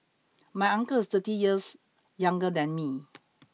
my uncle is thirty years younger than me